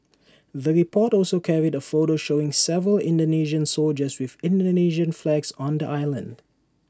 the report also carried A photo showing several Indonesian soldiers with Indonesian flags on the island